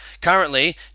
Currently